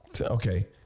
Okay